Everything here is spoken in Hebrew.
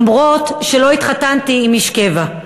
למרות שלא התחתנתי עם איש קבע.